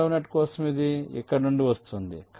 రెండవ నెట్ కోసం ఇది ఇక్కడ నుండి వస్తోంది